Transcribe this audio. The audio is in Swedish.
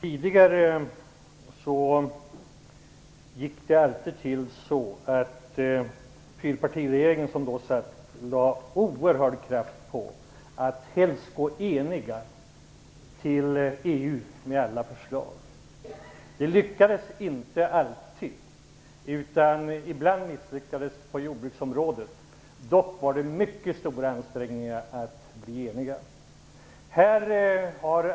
Fru talman! Den tidigare fyrpartiregeringen lade ned oerhörd kraft på att helst gå enig till EU med alla förslag. Det lyckades inte alltid; ibland misslyckades det på jordbruksområdet. Man gjorde dock mycket stora ansträngningar att bli enig.